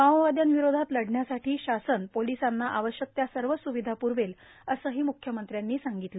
माओवादयांविरोधात लढण्यासाठी शासन पोलिसांना आवश्यक त्या सर्व स्विधा प्रवेल असेही म्ख्यमंत्र्यांनी सांगितले